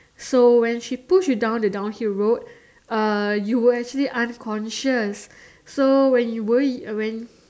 so when she push you down the downhill road uh you were actually unconscious so when you worry uh when